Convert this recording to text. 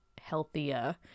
healthier